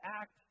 act